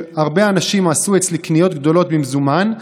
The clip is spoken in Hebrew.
הרבה אנשים עשו אצלי קניות גדולות במזומן,